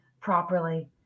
properly